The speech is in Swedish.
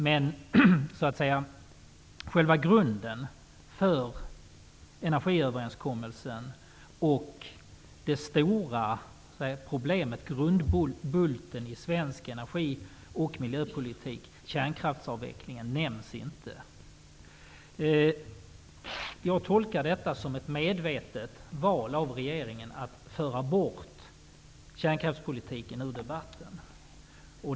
Men själva grundbulten för energiöverenskommelsen och det stora problemet i svensk energi och miljöpolitik -- kärnkraftsavvecklingen -- nämns inte. Jag tolkar detta som ett medvetet val av regeringen att föra bort kärnkraftspolitiken ur debatten.